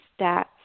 stats